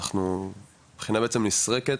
הבחינה בעצם נסרקת,